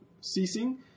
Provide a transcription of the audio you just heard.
ceasing